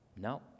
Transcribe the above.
No